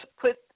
put